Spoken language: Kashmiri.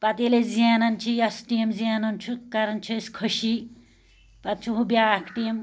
پَتہٕ ییٚلہِ أسۍ زینان یا سُہ ٹیٖم زینان چھُ کَران چھِ أسۍ خوٚشی پَتہٕ چھُ ہُہ بیٛاکھ ٹیٖم